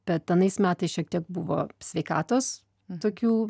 bet anais metais šiek tiek buvo sveikatos tokių